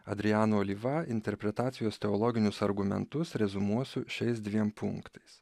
adriano oliva interpretacijos teologinius argumentus reziumuosiu šiais dviem punktais